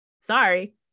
Sorry